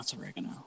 oregano